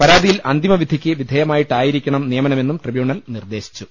പരാതിയിൽ അന്തി മവിധിയ്ക്ക് വിധേയമായിട്ടായിരിക്കണം നിയമനമെന്നും ട്രിബ്യൂണൽ നിർദ്ദേശിച്ചു